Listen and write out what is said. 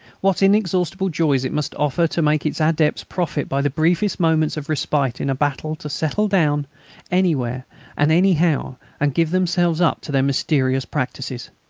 what inexhaustible joys it must offer to make its adepts profit by the briefest moments of respite in a battle to settle down anywhere and anyhow and give themselves up to their mysterious practices!